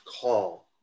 call